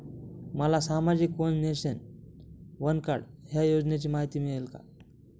मला सामाजिक one nation, one card या योजनेची माहिती मिळेल का?